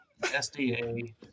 sda